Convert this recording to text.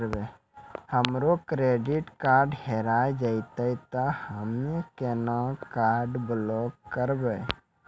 हमरो credit card हेरा जेतै ते हम्मय केना कार्ड ब्लॉक करबै?